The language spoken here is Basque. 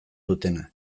dutena